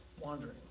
wandering